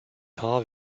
paar